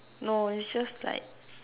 no it's just like